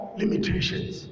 limitations